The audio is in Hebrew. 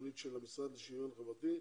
התוכנית של המשרד לשוויון חברתי,